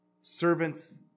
servants